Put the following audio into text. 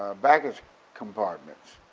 baggage compartments.